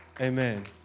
Amen